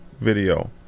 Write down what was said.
video